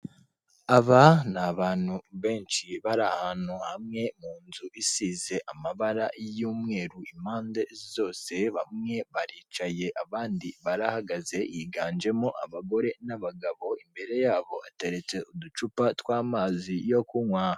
Aba ni abantu benshi bari ahantu hamwe mu nzu bisize amabara y'umweru impande zose, bamwe baricaye abandi barahagaze, higanjemo abagore n'abagabo imbere yabo hateretse uducupa tw'amazi yo kunywa.